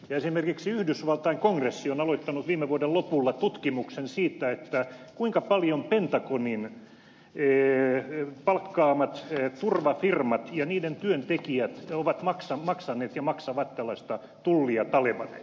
esimerkiksi yhdysvaltain kongressi on aloittanut viime vuoden lopulla tutkimuksen siitä kuinka paljon pientä kun minä gee oy pentagonin palkkaamat turvafirmat ja niiden työntekijät ovat maksaneet ja maksavat tällaista tullia talebaneille